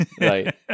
Right